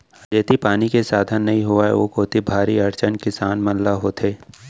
जेती पानी के साधन नइ रहय ओ कोती भारी अड़चन किसान मन ल होथे